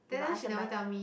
then then she never tell me